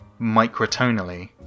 microtonally